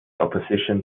opposition